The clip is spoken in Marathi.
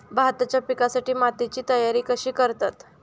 भाताच्या पिकासाठी मातीची तयारी कशी करतत?